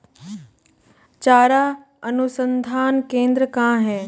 चारा अनुसंधान केंद्र कहाँ है?